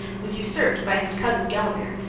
was usurped by his cousin gelimer,